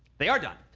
they are done.